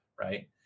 right